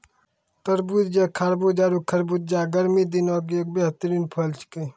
तरबूज या तारबूज आरो खरबूजा गर्मी दिनों के एक बेहतरीन फल छेकै